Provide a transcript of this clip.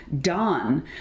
done